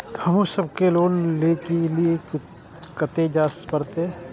हमू सब के लोन ले के लीऐ कते जा परतें?